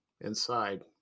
inside